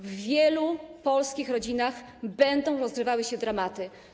W wielu polskich rodzinach będą rozgrywały się dramaty.